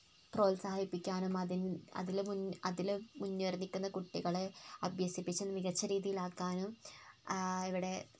പ്രോത്സാഹിപിക്കാനും അതിന് അതിൽ മുന്നിൽ അതിൽ മുൻനിര നിൽക്കുന്ന കുട്ടികളെ അഭ്യസിപ്പിച്ച് മികച്ച രീതിയിൽ ആക്കാനും ഇവിടെ